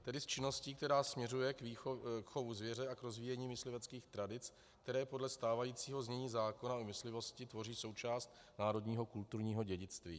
Tedy s činností, která směřuje k chovu zvěře a k rozvíjení mysliveckých tradic, které podle stávajícího znění zákona o myslivosti tvoří součást národního kulturního dědictví.